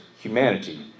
humanity